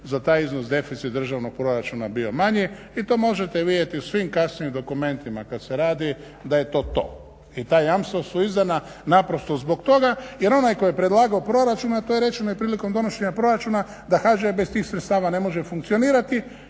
za taj iznos deficit državnog proračuna bio manji i to možete vidjeti u svim kasnijim dokumentima kad se radi da je to to i ta jamstva su izdana naprosto zbog toga jer onaj tko je predlagao proračun a to je rečeno i prilikom donošenja proračuna da HŽ bez tih sredstava ne može funkcionirati